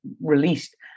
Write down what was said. released